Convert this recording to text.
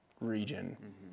region